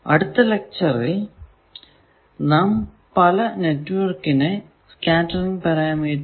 അടുത്ത ലെക്ച്ചറിൽ നാം പല നെറ്റ്വർക്കിന്റെ സ്കേറ്ററിങ് പാരാമീറ്റർ